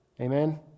Amen